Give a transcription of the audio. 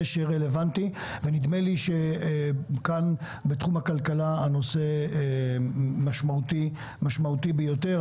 רלוונטי ונדמה לי שכאן בתחום הכלכלה הנושא משמעותי ביותר.